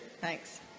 Thanks